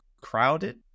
crowded